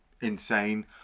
insane